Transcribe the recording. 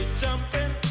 jumping